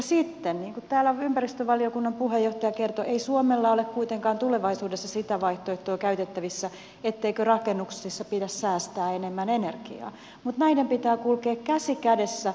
sitten niin kuin täällä ympäristövaliokunnan puheenjohtaja kertoi ei suomella ole kuitenkaan tulevaisuudessa sitä vaihtoehtoa käytettävissä ettei rakennuksissa pidä säästää enemmän energiaa mutta näiden pitää kulkea käsi kädessä